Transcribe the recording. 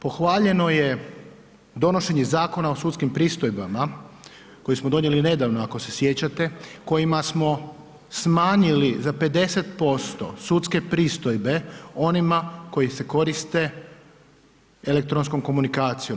Pohvaljeno je donošenje Zakona o sudskim pristojbama koji smo donijeli nedavno ako se sjećate kojima smo smanjili za 50% sudske pristojbe onima koji se koriste elektronskom komunikacijom.